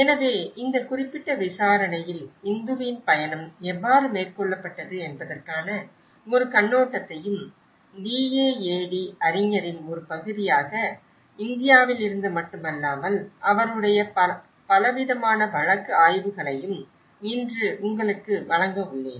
எனவே இந்த குறிப்பிட்ட விசாரணையில் இந்துவின் பயணம் எவ்வாறு மேற்கொள்ளப்பட்டது என்பதற்கான ஒரு கண்ணோட்டத்தையும் DAAD அறிஞரின் ஒரு பகுதியாக இந்தியாவில் இருந்து மட்டுமல்லாமல் அவருடைய பலவிதமான வழக்கு ஆய்வுகளையும் இன்று உங்களுக்கு வழங்க உள்ளேன்